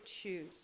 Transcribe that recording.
choose